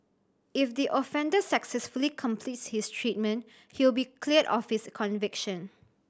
if the offender successfully completes his treatment he will be cleared of his conviction